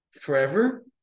forever